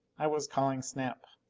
i was calling snap.